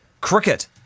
Cricket